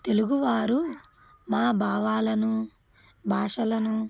తెలుగువారు మా భావాలను భాషలను